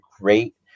great